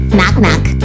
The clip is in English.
Knock-knock